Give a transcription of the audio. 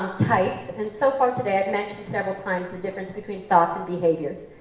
types, and so far today i've mentioned several times the difference between thoughts and behaviors.